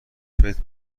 فطر